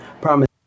promise